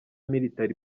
military